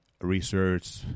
research